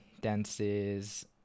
dances